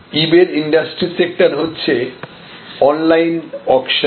ইবে র industry sector হচ্ছে online auction